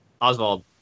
Oswald